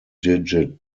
digit